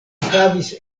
havis